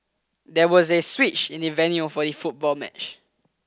there was a switch in the venue for the football match